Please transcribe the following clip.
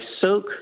soak